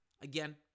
again